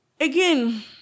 again